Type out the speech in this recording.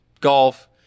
Golf